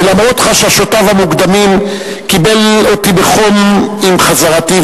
ולמרות חששותיו המוקדמים קיבל אותי בחום עם חזרתי,